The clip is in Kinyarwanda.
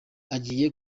agiye